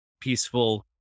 peaceful